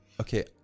Okay